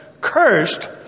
cursed